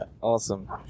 Awesome